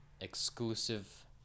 exclusive